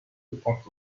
gepackt